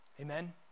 Amen